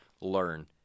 learn